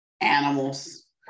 animals